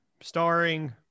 starring